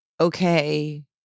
okay